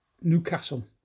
Newcastle